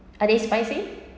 are they spicy